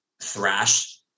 thrash